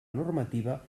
normativa